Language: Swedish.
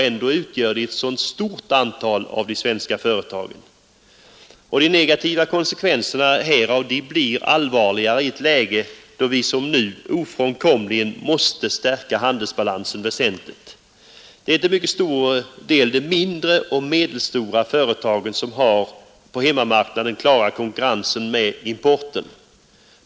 Ändå utgör de ett så pass stort antal av de svenska företagen. De negativa konsekvenserna härav blir allvarligare i ett läge då vi som nu ofrånkomligen måste stärka handelsbalansen väsentligt. Det är till mycket stor del de mindre och medelstora företagen som har att på hemmamarknaden klara konkurrensen med importen.